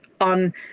on